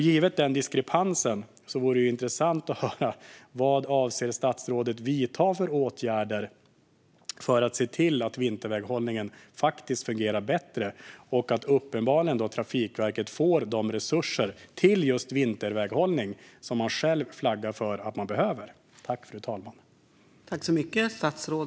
Givet den diskrepansen vore det intressant att höra: Vad avser statsrådet att vidta för åtgärder för att se till att vinterväghållningen faktiskt fungerar bättre och för att Trafikverket ska få de resurser som man själv flaggar för att man behöver till just vinterväghållning?